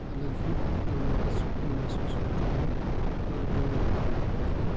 الگ ہی دماغی سکون محسوس ہوتا ہے اور گاؤں کے